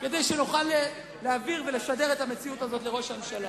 כדי שנוכל להעביר ולשדר את המציאות הזאת לראש הממשלה.